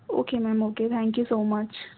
okay ma'am okay thank you so much